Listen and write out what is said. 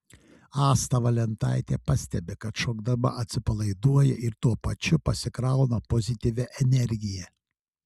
asta valentaitė pastebi kad šokdama atsipalaiduoja ir tuo pačiu pasikrauna pozityvia energija